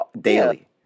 daily